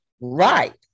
Right